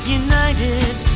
united